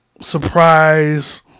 Surprise